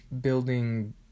building